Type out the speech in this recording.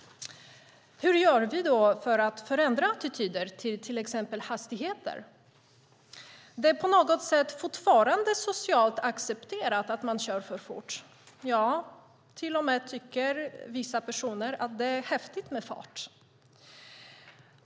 Hur gör vi då för att förändra attityder till exempelvis hastigheter? Det är på något sätt fortfarande socialt accepterat att man kör för fort. Vissa personer tycker till och med att det är häftigt med fart.